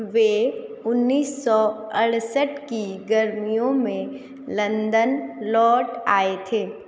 वे उन्नीस सौ अड़सठ की गर्मियों में लंदन लौट आए थे